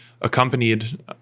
accompanied